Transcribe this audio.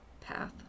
path